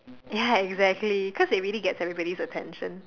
ya exactly cause it really gets everybody's attention